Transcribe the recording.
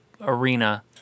arena